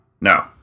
No